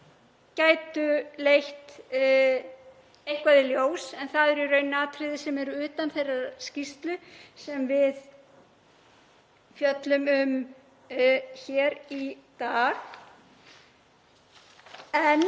gætu leitt eitthvað í ljós. En það er í raun atriði sem eru utan þeirrar skýrslu sem við fjöllum um hér í dag. En